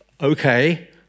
Okay